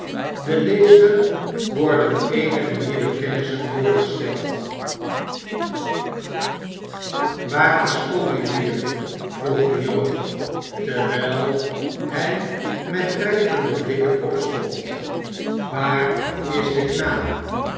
den lezer worden benige nieuwe kennissen vooriïestkld waar is olivier vroeg de jood terwijl hij met dreigende blikken opstond waar is de knaap